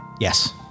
Yes